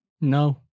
No